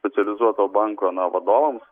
specializuoto banko na vadovams